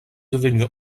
devenu